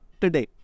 today